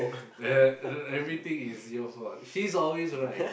they have and then everything is yours what he's always right